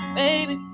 baby